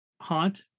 haunt